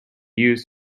used